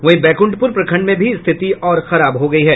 वहीं बैकुंठपुर प्रखंड में भी स्थिति और खराब हो गयी है